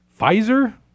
Pfizer